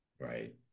right